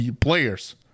players